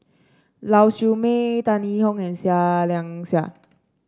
Lau Siew Mei Tan Yee Hong and Seah Liang Seah